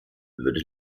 würde